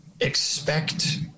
expect